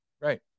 Right